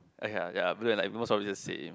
!aiya! ya but they're like most probably the same